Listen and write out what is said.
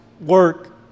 work